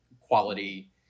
quality